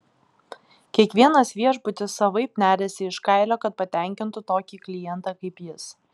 kiekvienas viešbutis savaip neriasi iš kailio kad patenkintų tokį klientą kaip jis